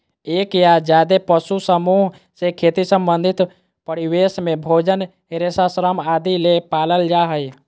एक या ज्यादे पशु समूह से खेती संबंधित परिवेश में भोजन, रेशा, श्रम आदि ले पालल जा हई